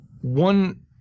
One